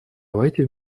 давайте